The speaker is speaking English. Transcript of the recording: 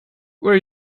where